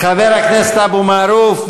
חבר הכנסת אבו מערוף,